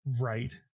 right